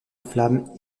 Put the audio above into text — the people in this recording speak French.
flammes